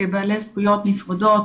כבעלי זכויות נפרדות,